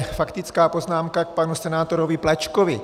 Faktická poznámka k panu senátorovi Plačkovi.